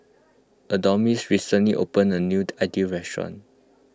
Adonis recently opened a new Idili restaurant